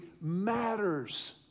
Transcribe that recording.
matters